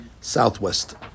southwest